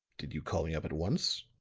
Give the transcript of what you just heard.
did you call me up at once?